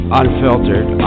unfiltered